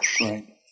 Right